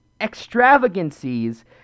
extravagancies